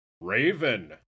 Raven